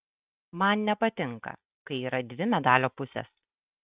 man nepatinka kai yra dvi medalio pusės